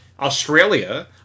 Australia